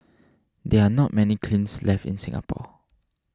there are not many kilns left in Singapore